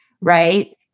right